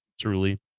truly